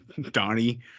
Donnie